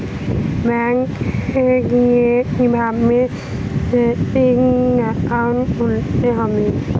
ব্যাঙ্কে গিয়ে কিভাবে সেভিংস একাউন্ট খুলব?